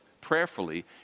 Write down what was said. prayerfully